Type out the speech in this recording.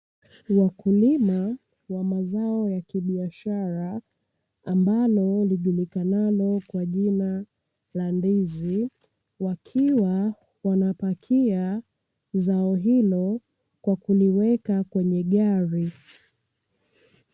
Wakulima wa mazao ya kibiashara, ambalo lijulikanayo kwa jina la ndizi, wakiwa wanapakia zao hilo, kwa kuliweka kwenye gari.